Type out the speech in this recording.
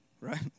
right